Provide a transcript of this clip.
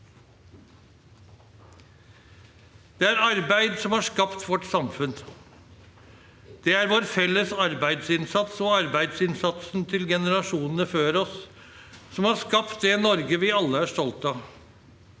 Det er arbeid som har skapt vårt samfunn. Det er vår felles arbeidsinnsats og arbeidsinnsatsen til generasjonene før oss som har skapt det Norge vi alle er stolte av.